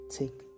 take